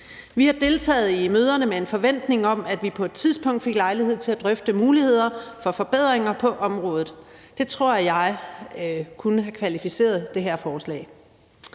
Vi har deltaget i møderne med en forventning om, at vi på et tidspunkt fik lejlighed til at drøfte muligheder for forbedringer på området. Det tror jeg kunne have kvalificeret det her forslag.